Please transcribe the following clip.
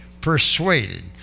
persuaded